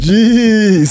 Jeez